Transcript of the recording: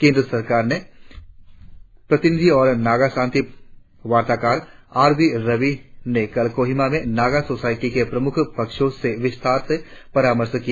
केंद्र सरकार के प्रतिनिधि और नगा शांति वार्ताकार आर एन रवि ने कल कोहिमा में नगा सोसायटी के प्रमुख पक्षों से विस्तार से परामर्श किया